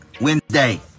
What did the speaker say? Wednesday